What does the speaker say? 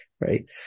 Right